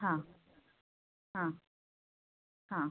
ಹಾಂ ಹಾಂ ಹಾಂ